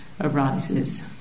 arises